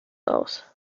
aus